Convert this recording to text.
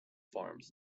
farms